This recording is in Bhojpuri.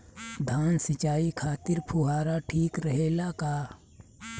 धान सिंचाई खातिर फुहारा ठीक रहे ला का?